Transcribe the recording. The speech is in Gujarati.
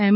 એમ